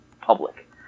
public